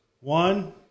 One